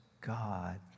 God